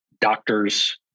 doctors